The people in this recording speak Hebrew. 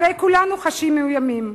הרי כולנו חשים מאוימים,